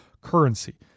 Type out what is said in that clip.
currency